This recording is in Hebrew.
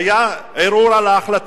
היה ערעור על ההחלטה,